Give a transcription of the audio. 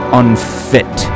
unfit